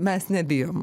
mes nebijom